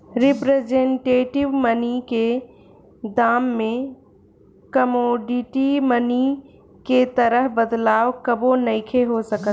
representative money के दाम में कमोडिटी मनी के तरह बदलाव कबो नइखे हो सकत